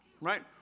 right